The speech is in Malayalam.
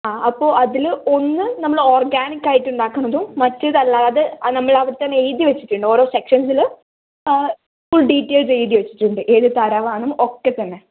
അപ്പോൾ അതിൽ ഒന്ന് നമ്മൾ ഓർഗാനിക് ആയിട്ട് ഉണ്ടാക്കണതും മറ്റേത് അല്ലാതെ നമ്മൾ അവടെത്തന്നെ എഴുതി വെച്ചിട്ടുണ്ട് ഓരോ സെക്ഷൻസിൽ ഫുൾ ഡീറ്റെയിൽസ് എഴുതി വെച്ചിട്ടുണ്ട് ഏത് തരമാണെന്നൊന്നും ഒക്കെത്തന്നെ